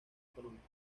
económicas